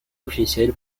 officiel